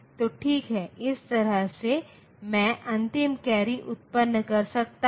तो इसके साथ मैं इस संख्या 55 को जोड़ देता हूं